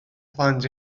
plant